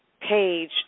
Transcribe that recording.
Page